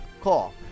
call